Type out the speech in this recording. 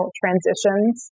transitions